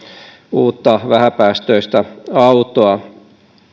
uutta vähäpäästöistä autoa